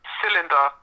cylinder